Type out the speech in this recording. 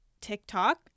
TikTok